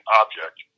object